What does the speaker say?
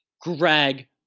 Greg